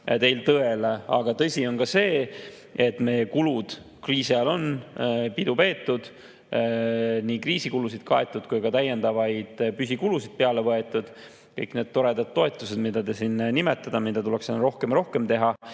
vasta tõele. Tõsi on ka see, et kriisiajal on pidu peetud, nii kriisikulusid kaetud kui ka täiendavaid püsikulusid peale võetud. Kõik need toredad toetused, mida te siin nimetasite, mida tuleks aina rohkem ja rohkem teha,